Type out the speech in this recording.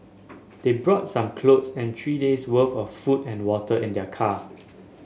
they brought some clothes and three days worth of food and water in their car